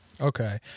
Okay